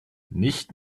nicht